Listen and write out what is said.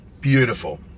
beautiful